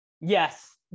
Yes